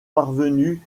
parvenus